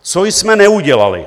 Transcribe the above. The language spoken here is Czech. Co jsme neudělali?